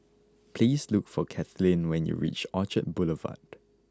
please look for Kathlene when you reach Orchard Boulevard